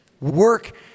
Work